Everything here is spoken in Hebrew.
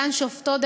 אותן שופטות,